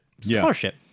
scholarship